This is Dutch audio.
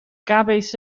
kbc